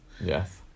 Yes